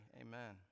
Amen